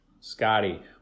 Scotty